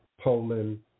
Poland